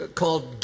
called